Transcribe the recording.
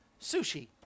sushi